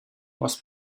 was